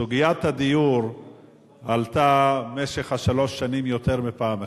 סוגיית הדיור עלתה במשך שלוש שנים יותר מפעם אחת.